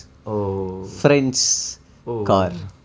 oh oh